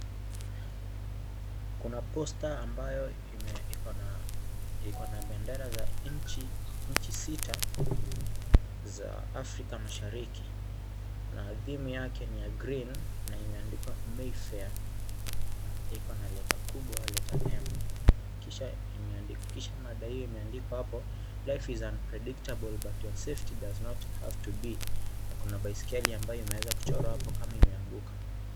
Kuna Posta ambayo iko na pendera za nchi sita za Afrika Mashariki na theme yake ni ya green na imeandikwa " Mayfair" na iko na letter kubwa pia. Kisha mada hii imeandikwa hapo " Life is unpredictable but your safety does not have to be " na kuna baiskeli ambayo imewezwa kuchora hapo kama imeanguka.